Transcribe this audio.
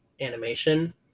animation